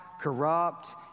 corrupt